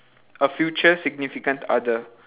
a future significant other